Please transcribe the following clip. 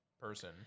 person